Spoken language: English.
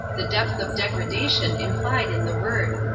the depth of degradation implied in the word.